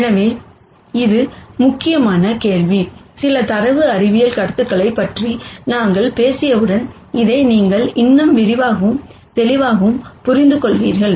எனவே இது மிக முக்கியமான கேள்வி சில டேட்டா சயின்ஸ் கருத்துகளைப் பற்றி நாங்கள் பேசியவுடன் இதை நீங்கள் இன்னும் விரிவாகவும் தெளிவாகவும் புரிந்துகொள்வீர்கள்